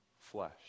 flesh